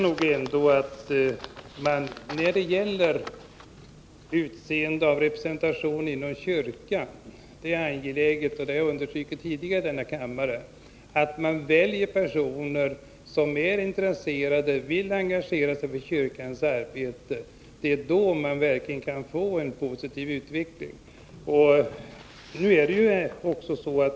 När det gäller utseende av representation inom kyrkan tycker jag att det är angeläget — och det har jag understrukit tidigare i denna kammare — att man väljer personer som är intresserade och vill engagera sig i kyrkans arbete. Det är då man verkligen kan få en positiv utveckling.